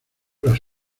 las